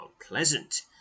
Unpleasant